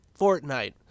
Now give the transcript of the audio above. Fortnite